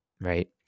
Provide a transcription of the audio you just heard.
right